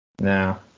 No